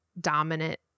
dominant